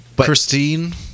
christine